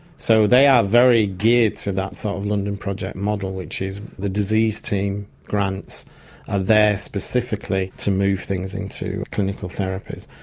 so they are very geared to that sort of london project model, which is the disease team grants are there specifically to move things into clinical therapies.